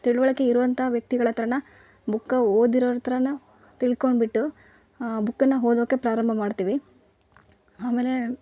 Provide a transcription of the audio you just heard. ತಿಳುವಳಿಕೆ ಇರೋವಂಥ ವ್ಯಕ್ತಿಗಳ ಹತ್ರ ಬುಕ್ಕ ಓದಿರೋರ ಹತ್ರ ತಿಳ್ಕೊಂಡು ಬಿಟ್ಟು ಬುಕ್ಕನ್ನು ಓದೋಕೆ ಪ್ರಾರಂಭ ಮಾಡ್ತೀವಿ ಆಮೇಲೇ